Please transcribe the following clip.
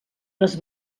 les